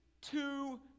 two